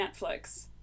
Netflix